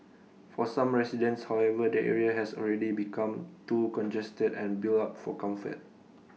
for some residents however the area has already become too congested and built up for comfort